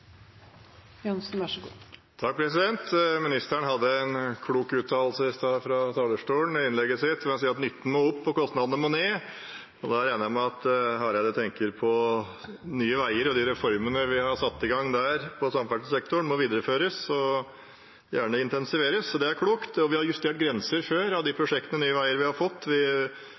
Ministeren hadde en klok uttalelse i stad fra talerstolen i innlegget sitt ved å si at nytten må opp og kostnadene må ned. Da regner jeg med at Hareide tenker på at Nye Veier og de reformene vi har satt i gang der for samferdselssektoren, må videreføres og gjerne intensiveres. Det er klokt. Vi har justert grenser før i de prosjektene Nye Veier har fått.